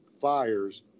fires